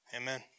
Amen